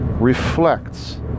Reflects